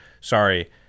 Sorry